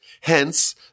Hence